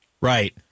Right